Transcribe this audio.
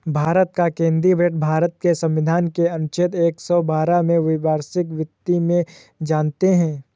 भारत का केंद्रीय बजट भारत के संविधान के अनुच्छेद एक सौ बारह में वार्षिक वित्त में जानते है